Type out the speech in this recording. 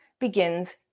begins